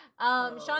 Sean